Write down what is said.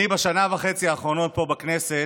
אני, בשנה וחצי האחרונות פה, בכנסת,